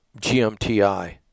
GMTI